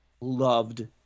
loved